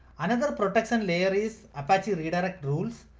and another protection layer is apache redirect rules.